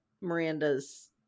Miranda's